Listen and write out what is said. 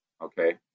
Okay